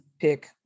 Pick